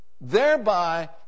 thereby